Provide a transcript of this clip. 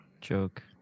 joke